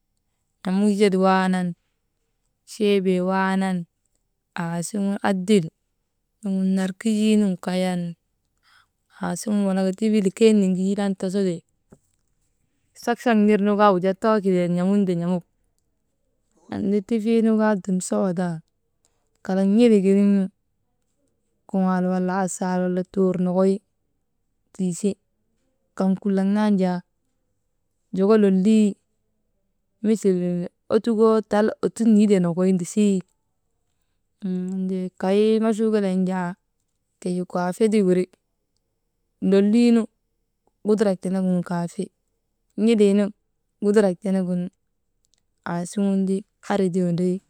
N̰amuk zet waanan cheebee waanan aasuŋun nar adil suŋun naran kijiinun kayan aasuŋun walaka tifin likey nisiŋgisii taanu tosote. Sak sak nir nu kaa wujaa too kidiyan n̰amun te n̰amuk, anti tifiinu kaa dum sawa tan kalak n̰ilik giniŋnu kuŋaal wala asaal, wala tuur, nokoy tiise joko lolii misil ottukoo tal ottuk niitee nokoy nisii «hesitation» kay machuu kelee nu jaa keyi kuwaafe ti wiri loliinu gudurak tenegin kowaafe, n̰iliinu kudurak tenegin aasuŋun ti, andri ti windrii.